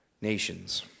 nations